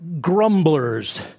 grumblers